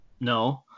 No